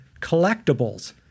collectibles